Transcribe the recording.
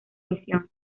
misión